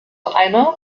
einer